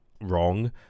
wrong